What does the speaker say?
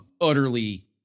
utterly